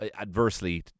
adversely